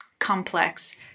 complex